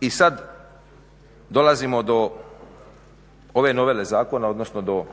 I sad dolazimo do ove novele zakona, odnosno do